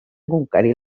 conquerir